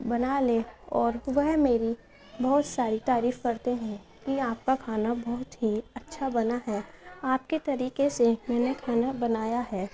بنا لیں اور وہ میری بہت ساری تعریف کرتے ہیں کہ آپ کا کھانا بہت ہی اچھا بنا ہے آپ کے طریقے سے میں نے کھانا بنایا ہے